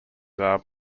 are